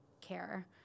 care